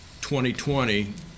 2020